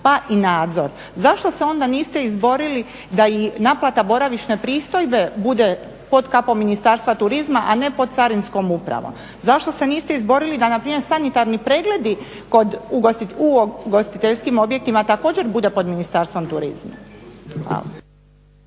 pa i nadzor. Zašto se onda niste izborili da i naplata boravišne pristojbe bude pod kapom Ministarstva turizma, a ne pod Carinskom upravom? Zašto se niste izborili da npr. sanitarni pregledi u ugostiteljskim objektima također budu pod Ministarstvom turizma?